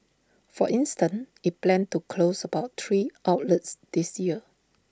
for instance IT plans to close about three outlets this year